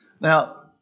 Now